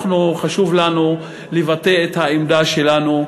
חשוב לנו לבטא את העמדה שלנו,